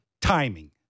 timing